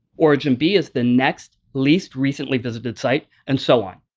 origin b is the next least recently visited site, and so on.